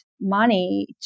money